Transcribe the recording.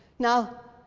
now,